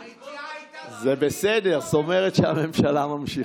הידיעה הייתה, זה בסדר, זאת אומרת שהממשלה ממשיכה.